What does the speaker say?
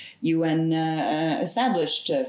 UN-established